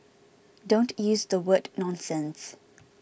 don't use the word nonsense